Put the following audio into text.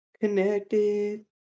Connected